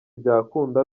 byakunda